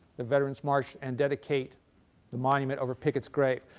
the veterans march and dedicate the monument over pickett's grave.